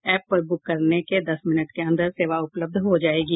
app पर book करने के दस मिनट के अंदर सेवा उपलब्ध हो जायेगी